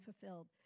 fulfilled